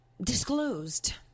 disclosed